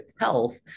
health